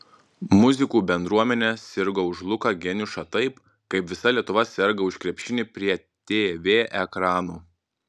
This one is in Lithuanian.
muzikų bendruomenė sirgo už luką geniušą taip kaip visa lietuva serga už krepšinį prie tv ekranų